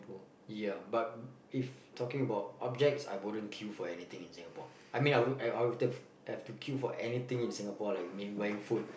ya but if talking about objects I wouldn't queue for anything in Singapore I mean I would I would I have to queue for anything in Singapore like maybe buying food